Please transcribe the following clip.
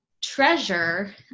treasure